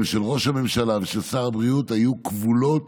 של ראש הממשלה ושל שר הבריאות היו כבולות